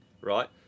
Right